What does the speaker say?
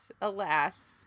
alas